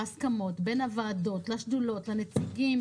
בהסכמות בין הוועדות לשדולות לנציגים,